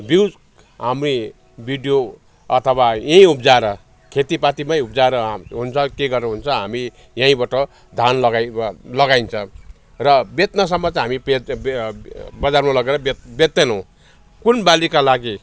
बिउ हामी बिडियो अथवा यी उब्जाएर खेतीपातीमै उब्जाएर हुन्छ के गरेर हुन्छ हामी यहीँबाट धान लगाइ वा लगाइन्छ र बेच्नसम्म चाहिँ हामी बेचे बजारमा लगेर बेच्दैनौँ कुन बालीका लागि